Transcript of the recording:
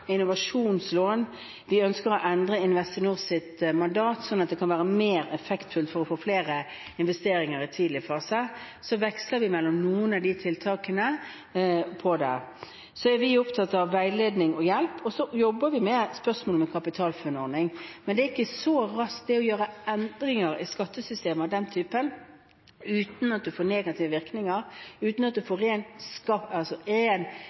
innovasjonslån. Vi ønsker å endre Investinors mandat, slik at det kan være mer effektfullt for å få flere investeringer i en tidlig fase. Så veksler vi mellom noen av de tiltakene. Vi er opptatt av veiledning og hjelp, og vi jobber med spørsmålet om en kapitalfondordning. Men man kan ikke så raskt gjøre endringer av den typen i skattesystemet uten at det får negative virkninger, uten at en får en ren skattetilpasning gjennom å være med i en